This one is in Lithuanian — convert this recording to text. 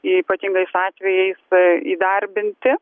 ypatingais atvejais įdarbinti